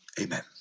Amen